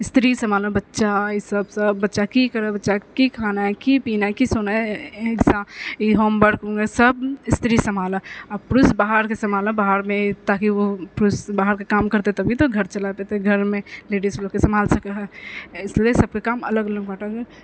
स्त्री सम्हालऽ बच्चा ई सब बच्चा कि करै बच्चाके की खाना है की पीना है की सोना है ई होमवर्क ई सब स्त्री सम्हालऽ आओर पुरुष बाहरके सम्हालऽ बाहरमे ताकि वह पुरुष बाहरके काम करतै तभी तऽ घर चलेतै तऽ घरमे लेडिज सबके सम्हाल सकै है ऐसने सबके काम अलग अलग बँटल है